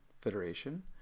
Federation